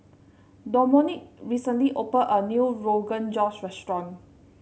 Domonique recently opened a new Rogan Josh restaurant